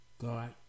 God